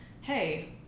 hey